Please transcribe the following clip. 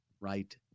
right